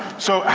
so,